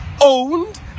owned